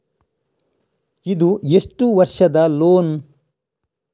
ಇದು ಎಷ್ಟು ವರ್ಷದ ಲೋನ್?